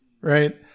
right